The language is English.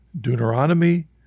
Deuteronomy